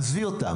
עזבי אותם,